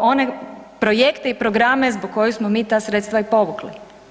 one projekte i programe zbog kojih smo mi ta sredstva i povukli.